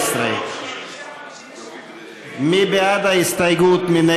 19. מי בעד ההסתייגות?